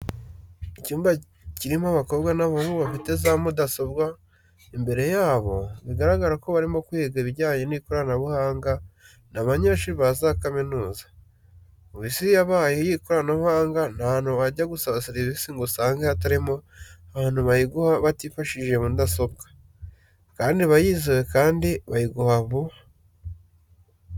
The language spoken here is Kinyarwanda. Icyumba kirimo abakobwa n'abahungu bafite za mudasobwa imbere yabo, bigaragara ko barimo kwiga ibijyanye n'ikoranabuhanga n'abanyeshuri ba za kaminuza. Ubu Isi yabaye iy'ikoranabuhanga nta hantu wajya gusaba serivisi ngo usange hatarimo abantu bayiguha batifashishije mudasobwa kandi iba yizewe kandi bayiguha vuba.